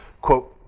Quote